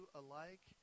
alike